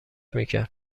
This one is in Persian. میکرد